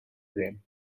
rim